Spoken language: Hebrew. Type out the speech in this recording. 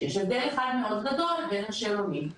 שיש הבדל אחד מאוד גדול בין השאלונים.